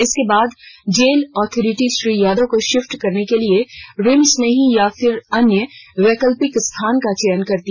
इसके बाद jail authority Shri Yadav को शिफ्ट करने के लिए रिम्स में ही या फिर अन्य वैकल्पिक स्थान का चयन करती